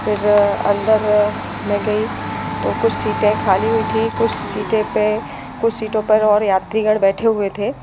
फिर अंदर मैं गई तो कुछ सीटें खाली हुई थीं कुछ सीटें पर कुछ सीटों पर और यात्रीगण बैठे हुए थे